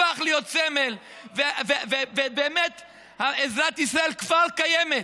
הפך להיות סמל, ובאמת עזרת ישראל כבר קיימת.